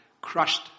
crushed